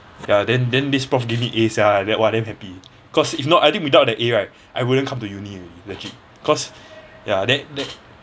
ya then then this prof give me A sia then !wah! damn happy cause if not I think without that A right I wouldn't come to uni already legit cause ya that that